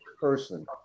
person